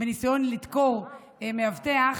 ניסיון לדקור מאבטח.